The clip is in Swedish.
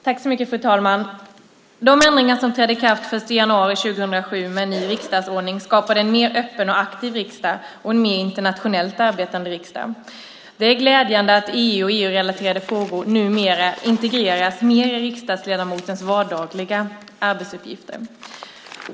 Fru talman! De ändringar som trädde i kraft den 1 januari 2007 med en ny riksdagsordning skapade en mer öppen och aktiv riksdag och en mer internationellt arbetande riksdag. Det är glädjande att EU och EU-relaterade frågor numera integreras mer i riksdagsledamotens vardagliga arbetsuppgifter.